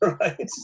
right